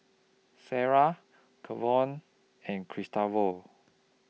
Sariah Kavon and Gustavo